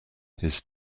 his